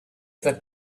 that